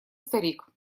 старик